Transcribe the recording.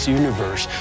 universe